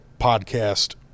podcast